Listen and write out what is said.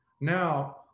Now